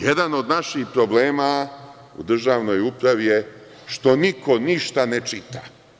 Jedan od naših problema u državnoj upravi je što niko ništa ne čita.